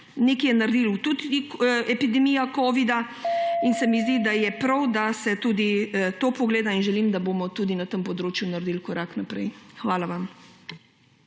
Nekaj je naredila tudi epidemija covida. Zdi se mi, da je prav, da se tudi to pogleda, in želim, da bomo tudi na tem področju naredili korak naprej. Hvala vam.